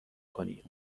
کنی